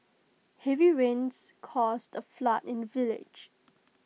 heavy rains caused A flood in the village